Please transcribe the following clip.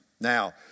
Now